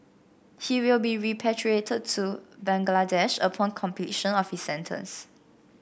he will be repatriated to Bangladesh upon completion of his sentence